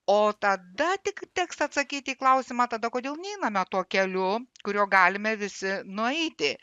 o tada tik teks atsakyti į klausimą tada kodėl neiname tuo keliu kuriuo galime visi nueiti